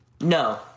No